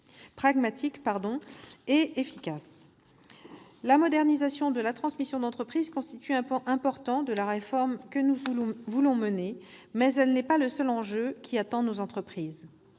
La modernisation de la transmission d'entreprise constitue un pan important de la réforme que nous voulons mener, mais elle n'est pas le seul enjeu qui attend nos entreprises.